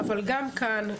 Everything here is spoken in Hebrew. אבל גם כאן,